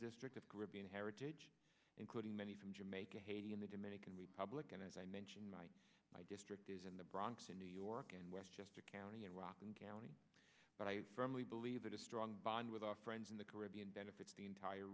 district of caribbean heritage including many from jamaica haiti and the dominican republic and as i mention my my district is in the bronx in new york in westchester county in rockland county but i only believe that a strong bond with our friends in the caribbean benefits the entire